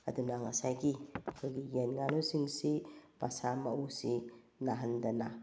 ꯑꯗꯨꯅ ꯉꯁꯥꯏꯒꯤ ꯑꯩꯈꯣꯏꯒꯤ ꯌꯦꯟ ꯉꯥꯅꯨꯁꯤꯡꯁꯤ ꯃꯁꯥ ꯃꯎꯁꯤ ꯅꯥꯍꯟꯗꯅ